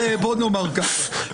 בוא נאמר כך,